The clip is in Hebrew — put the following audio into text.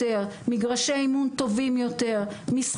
אני יכול לחזק אותך רגע?